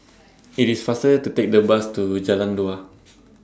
IT IS faster to Take The Bus to Jalan Dua